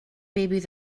babies